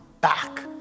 back